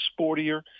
sportier